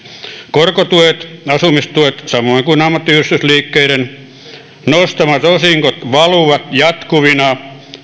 korkotuet asumistuet samoin kuin ammattiyhdistysliikkeiden nostamat osingot valuvat jatkuvina